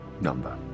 number